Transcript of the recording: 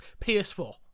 PS4